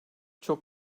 çok